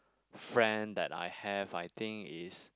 friend that I have I think is